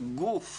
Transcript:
גוף